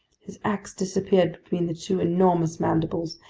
his ax disappeared between the two enormous mandibles,